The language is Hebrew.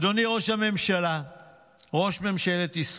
אדוני ראש ממשלת ישראל,